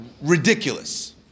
Ridiculous